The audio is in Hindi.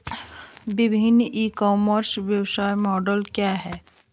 विभिन्न ई कॉमर्स व्यवसाय मॉडल क्या हैं?